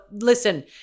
listen